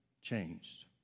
changed